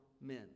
men